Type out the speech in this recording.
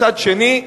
מצד שני,